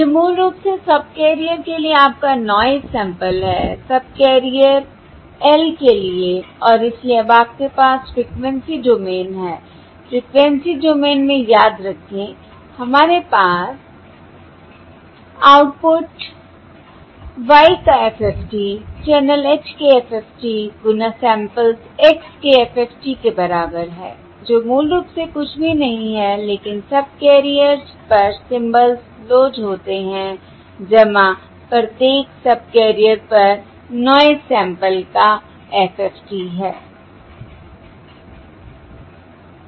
यह मूल रूप से सबकैरियर के लिए आपका नॉयस सैंपल है सबकैरियर l के लिए और इसलिए अब आपके पास फ्रिकवेंसी डोमेन है फ्रिकवेंसी डोमेन में याद रखें हमारे पास आउटपुट y का FFT चैनल h के FFT गुना सैंपल्स x के FFT के बराबर है जो मूल रूप से कुछ भी नहीं हैं लेकिन सबकैरियर्स पर सिंबल्स लोड होते हैं प्रत्येक सबकैरियर पर नॉयस सैंपल का FFT है I और इसलिए अब इसे फिर से लिखना मेरे पास y का FFT है जो चैनल फ़िल्टर h के FFT गुना सैंपल्स x के FFT के बराबर है यह याद रखना महत्वपूर्ण है कि फ्रिकवेंसी डोमेन में यह केवल गुना है क्योंकि सर्कुलर कन्वॉल्यूशन गुना बन जाता है